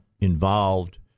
involved